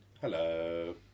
hello